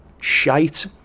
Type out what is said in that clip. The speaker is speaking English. shite